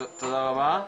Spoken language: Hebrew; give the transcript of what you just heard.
תודה רבה,